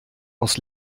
aus